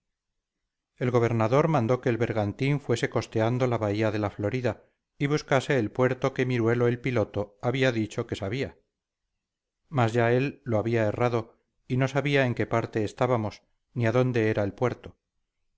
el gobernador mandó que el bergantín fuese costeando la vía de la florida y buscase el puerto que miruelo el piloto había dicho que sabía mas ya él lo había errado y no sabía en qué parte estábamos ni adónde era el puerto